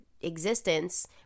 existence